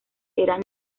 eran